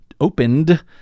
opened